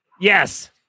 Yes